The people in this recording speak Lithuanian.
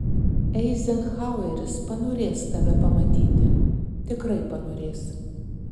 eizenhaueris panorės tave pamatyti tikrai panorės